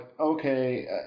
okay